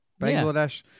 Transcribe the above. Bangladesh